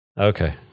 Okay